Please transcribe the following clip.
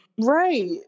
Right